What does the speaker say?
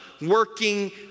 working